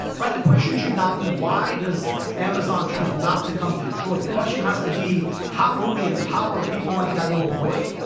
the question should not be why does amazon choose not to come to detroit? the question has to be how do we empower people like that little boy,